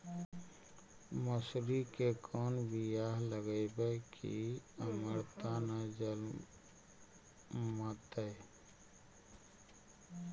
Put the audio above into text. मसुरी के कोन बियाह लगइबै की अमरता न जलमतइ?